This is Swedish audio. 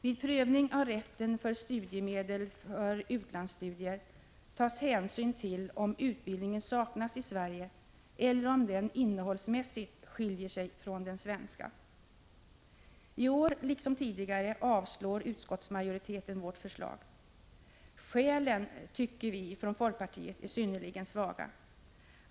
Vid prövning av rätten för studiemedel för utlandsstudier tas hänsyn till om utbildningen saknas i Sverige eller om den innehållsmässigt skiljer sig från den svenska. I år liksom tidigare avstyrker utskottsmajoriteten vårt förslag. Skälen tycker vi från folkpartiet är synnerligen svaga.